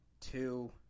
two